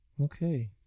okay